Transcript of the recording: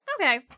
Okay